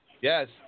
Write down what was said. Yes